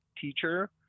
teacher